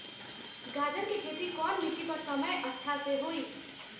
गाजर के खेती कौन मिट्टी पर समय अच्छा से होई?